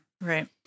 Right